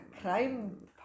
crime